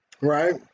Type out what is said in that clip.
Right